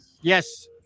Yes